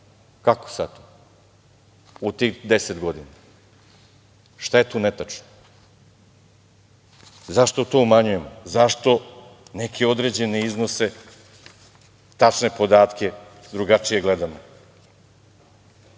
Kako sada? U tih deset godina. Šta je tu netačno? Zašto to umanjujemo? Zašto neke određene iznose, tačne podatke drugačije gledamo? Možemo